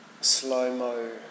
slow-mo